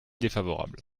défavorable